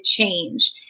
change